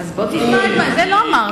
את זה לא אמרתי.